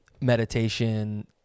meditation